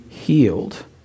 Healed